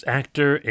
actor